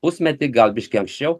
pusmetį gal biškį anksčiau